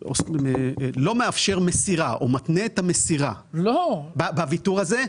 לא מאפשר מסירה או מתנה את המסירה בוויתור הזה,